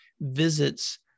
visits